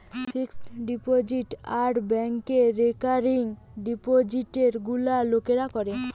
fixed deposit আর ব্যাংকে recurring ডিপোজিটে গুলা লোকরা করে